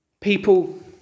People